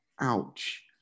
ouch